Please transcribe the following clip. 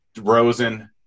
Rosen